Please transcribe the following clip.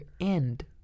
end